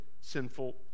sinful